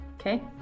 Okay